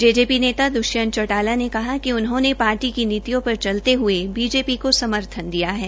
JJP नेता दूष्यंत चौटाला ने कहा कि उन्होंने पार्टी की नीतियों पर चलते हये बीजेपी को समर्थन दिया है